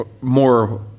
more